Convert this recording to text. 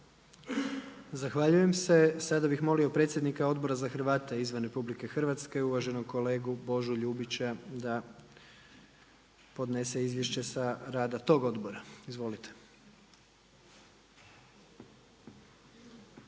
Zahvaljujem se. Sada bih molio predsjednika Odbora za Hrvate izvan RH uvaženog kolegu Božu Ljubića da podnese izvješće sa rada tog odbora. Izvolite.